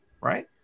right